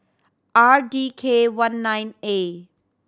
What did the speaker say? R D K one nine A